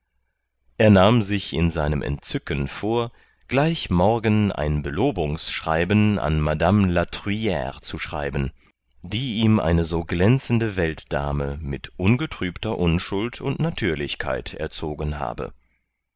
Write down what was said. er nahm sich in seinem entzücken vor gleich morgen ein belobungsschreiben an madame la truiaire zu schreiben die ihm eine so glänzende weltdame mit ungetrübter unschuld und natürlichkeit erzogen habe